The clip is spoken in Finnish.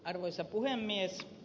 arvoisa puhemies